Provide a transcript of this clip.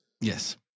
yes